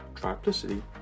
triplicity